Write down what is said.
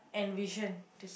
and vision to s~